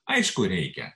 aišku reikia